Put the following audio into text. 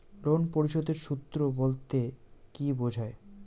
Loan পরিশোধের সূএ বলতে কি বোঝায়?